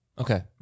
Okay